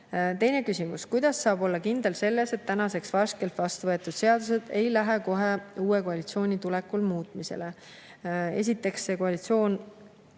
Teine küsimus: "Kuidas saab olla kindel selles, et tänaseks värskelt vastu võetud seadused ei lähe kohe uue koalitsiooni tulekul muutmisele?" Esiteks, see koalitsioon